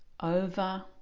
over